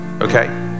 okay